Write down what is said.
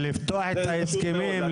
לפתוח את ההסכמים?